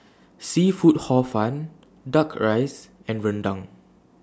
Seafood Hor Fun Duck Rice and Rendang